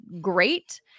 great